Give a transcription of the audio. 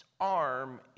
arm